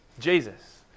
Jesus